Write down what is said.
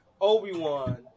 Obi-Wan